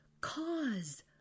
cause